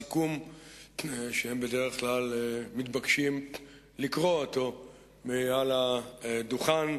סיכום שהם בדרך כלל מתבקשים לקרוא מעל הדוכן.